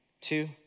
two